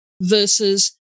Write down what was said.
versus